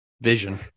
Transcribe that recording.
vision